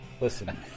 Listen